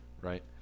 right